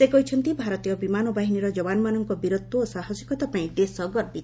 ସେ କହିଛନ୍ତି ଭାରତୀୟ ବିମାନ ବାହିନୀର ଯବାନମାନଙ୍କ ବୀରତ୍ୱ ଓ ସାହସିକତା ପାଇଁ ଦେଶ ଗର୍ବିତ